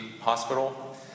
Hospital